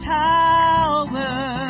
tower